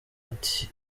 ati